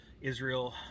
Israel